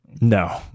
No